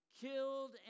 killed